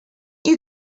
you